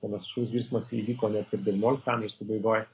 panašus virsmas įvyko net ir devyniolikto amžiaus pabaigoj